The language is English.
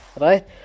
right